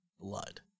blood